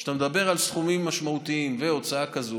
כשאתה מדבר על סכומים משמעותיים ועל הוצאה כזאת,